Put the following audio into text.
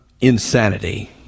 insanity